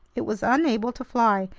it was unable to fly.